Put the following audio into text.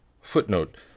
footnote